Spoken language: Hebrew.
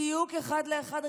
בדיוק אחד לאחד.